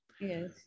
Yes